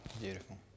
Beautiful